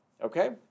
okay